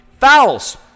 Fouls